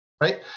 Right